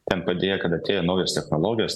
ten padėjo kad atėjo naujos technologijos